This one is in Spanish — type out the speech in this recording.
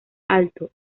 alto